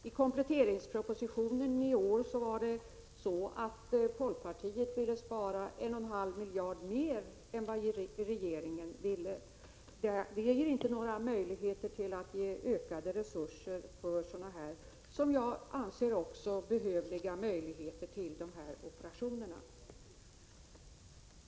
I kompletteringspropositionen i år ville folkpartiet spara 1,5 miljarder kronor mer än regeringen. Det skapar inte möjlighet att ge ökade resurser till sådana här operationer, som jag också anser behövliga.